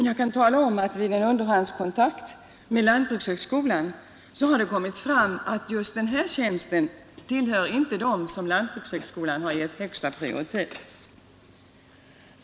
Jag kan tala om att det vid en underhandskontakt med lantbrukshögskolan har kommit fram att just den tjänsten inte tillhör dem som lantbrukshögskolan gett högsta prioritet.